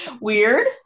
Weird